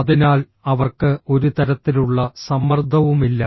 അതിനാൽ അവർക്ക് ഒരു തരത്തിലുള്ള സമ്മർദ്ദവുമില്ല